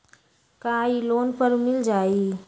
का इ लोन पर मिल जाइ?